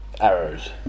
Arrows